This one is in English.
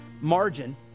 margin